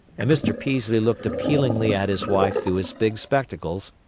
and mr. peaslee looked appealingly at his wife through his big spectacles,